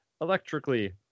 electrically